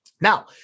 Now